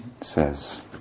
says